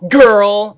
girl